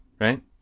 right